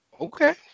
Okay